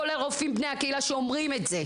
כולל רופאים בני הקהילה שאומרים את זה.